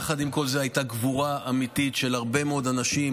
יחד עם כל זה הייתה גבורה אמיתית של הרבה מאוד אנשים,